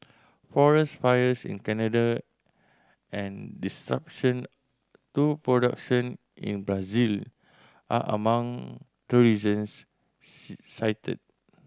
forest fires in Canada and to production in Brazil are among the reasons cited